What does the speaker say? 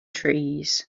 trees